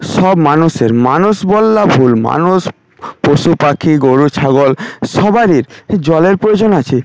সব মানুষের মানুষ বলা ভুল মানুষ পশু পাখি গরু ছাগল সবারই জলের প্রয়োজন আছে